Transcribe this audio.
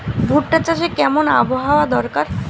ভুট্টা চাষে কেমন আবহাওয়া দরকার?